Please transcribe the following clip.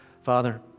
Father